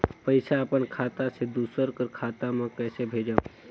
पइसा अपन खाता से दूसर कर खाता म कइसे भेजब?